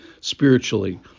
spiritually